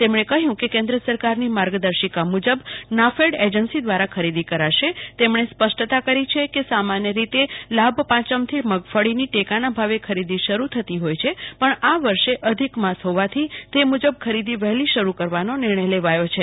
તેમણે કહ્યું કે કેન્દ્ર સરકારની માર્ગદર્શિકા મુજબ નાફેડ એજન્સી દ્વારા ખરીદી કરાશે તેમણે સ્પષ્ટતા કરી છે કે સામાન્ય રીતે લાભપાંચમથી મગફળીની ટેકાના ભાવે ખરીદી શરૂ થતી હોય છે પણ આ વર્ષે અધિક માસ હોવાથી તે મુજબ ખરીદી વહેલી શરૂ કરવાનો નિર્ણય લેવાથો છે